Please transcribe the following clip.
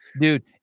Dude